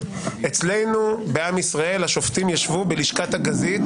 אצלנו בעם ישראל השופטים ישבו בלשכת הגזית,